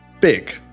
big